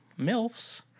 MILFs